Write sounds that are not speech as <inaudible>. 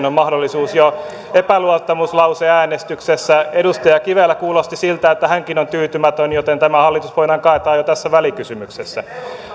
<unintelligible> on mahdollisuus jo epäluottamuslauseäänestyksessä edustaja kivelä kuulosti siltä että hänkin on tyytymätön joten tämä hallitus voidaan kaataa jo tässä välikysymyksessä